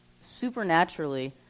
supernaturally